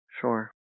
Sure